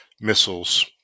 missiles